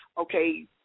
Okay